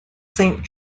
saint